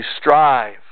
strive